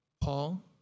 Paul